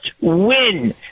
win